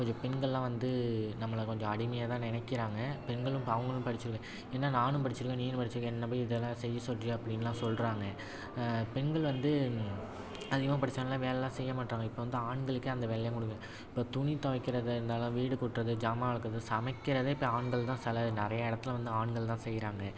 கொஞ்சம் பெண்களெலாம் வந்து நம்மளை கொஞ்சம் அடிமையாக தான் நினைக்கிறாங்க பெண்களும் இப்போ அவர்களும் படித்து ஏன்னால் நானும் படிச்சுருக்கேன் நீனும் படிச்சுருக்க என்னை போய் இதெல்லாம் செய்ய சொல்கிறியே அப்படின்லாம் சொல்கிறாங்க பெண்கள் வந்து அதிகமாக படித்தனால வேலைல்லாம் செய்ய மாட்டாங்க இப்போ வந்து ஆண்களுக்கே அந்த வேலையை கொடுங்க இப்போ துணி துவைக்கிறது இருந்தாலும் வீடு கூட்டுறது சாமான் விளக்கறது சமைக்கிறதே இப்போ ஆண்கள் தான் சில நிறைய இடத்துல வந்து ஆண்கள் தான் செய்கிறாங்க